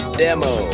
demo